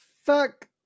fuck